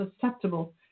susceptible